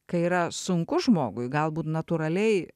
kai yra sunku žmogui galbūt natūraliai